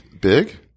big